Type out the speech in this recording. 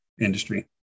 industry